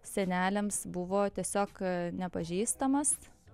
seneliams buvo tiesiog nepažįstamas